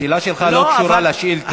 השאלה שלך לא קשורה לשאילתה,